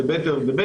כמה שיותר יותר טוב,